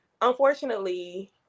Unfortunately